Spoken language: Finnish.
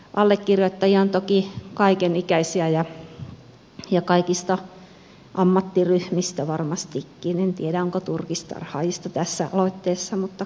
allekirjoittajia on toki kaikenikäisiä ja kaikista ammattiryhmistä varmastikin en tiedä onko turkistarhaajista tässä aloitteessa mutta kuitenkin